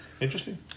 interesting